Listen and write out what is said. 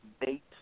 date